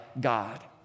God